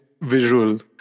visual